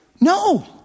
No